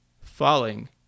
Falling